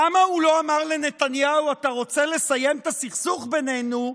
למה הוא לא אמר לנתניהו: אתה רוצה לסיים את הסכסוך בינינו,